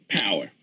power